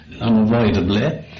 unavoidably